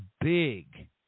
big